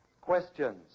questions